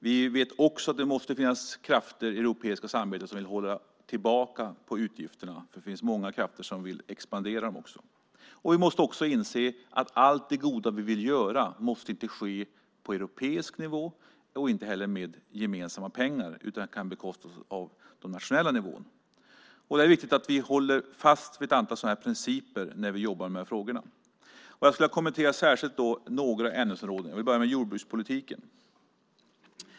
Vi vet också att det måste finnas krafter i det europeiska samarbetet som vill hålla tillbaka utgifterna eftersom det också finns många krafter som vill expandera. Vi måste också inse att allt det goda vi vill göra inte måste ske på europeisk nivå och inte heller med gemensamma pengar utan kan bekostas på den nationella nivån. Det är viktigt att vi håller fast vid ett antal sådana principer när vi jobbar med frågorna. Jag vill särskilt kommentera några ämnesområden. Jag börjar med jordbrukspolitiken.